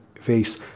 face